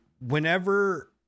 whenever